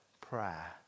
prayer